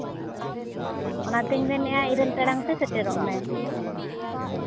ᱚᱱᱟᱛᱮᱧ ᱢᱮᱱᱮᱜᱼᱟ ᱤᱨᱟᱹᱞ ᱴᱟᱲᱟᱝ ᱛᱮ ᱥᱮᱴᱮᱨᱚᱜ ᱢᱮ